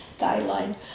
guideline